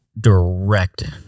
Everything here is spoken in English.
direct